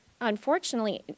unfortunately